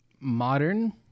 modern